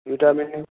વિટામિનની